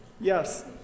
Yes